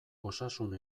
osasun